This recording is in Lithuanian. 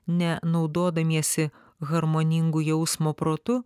ne naudodamiesi harmoningu jausmo protu